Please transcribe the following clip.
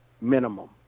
minimum